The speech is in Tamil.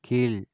கீழ்